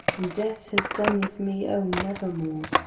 and death has done with me, oh, nevermore!